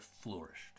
Flourished